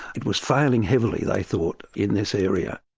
it was failing heavily, they thought, in this area.